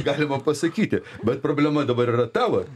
galima pasakyti bet problema dabar ta vot